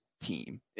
team